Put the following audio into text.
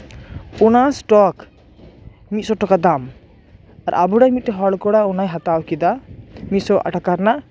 ᱚᱱᱟ ᱥᱴᱚᱠ ᱢᱤᱫᱥᱚ ᱴᱟᱠᱟ ᱫᱟᱢ ᱛᱚ ᱟᱵᱚᱨᱮᱱ ᱢᱤᱫᱴᱮᱱ ᱦᱚᱲ ᱠᱚᱲᱟ ᱚᱱᱟᱭ ᱦᱟᱛᱟᱣ ᱠᱮᱫᱟ ᱢᱤᱫ ᱥᱚ ᱴᱟᱠᱟ ᱨᱮᱱᱟᱜ